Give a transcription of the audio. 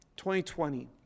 2020